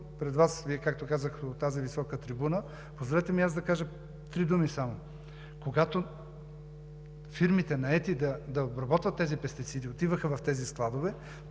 пред Вас, Вие както казахте „от тази висока трибуна“, позволете ми и аз да кажа три думи само. Когато наетите фирми да обработват тези пестициди отиваха в тези складове,